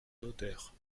notaire